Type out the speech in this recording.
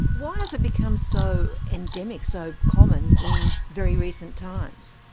why has it become so endemic, so common, in very recent times?